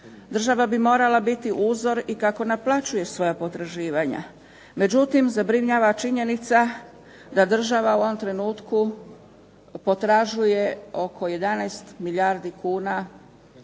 Država bi morala biti uzor kako naplaćuje svoja potraživanja, međutim, zabrinjava činjenica da država u ovom trenutku potražuje gotovo 11 milijardi kuna